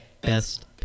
Best